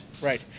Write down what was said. Right